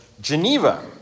Geneva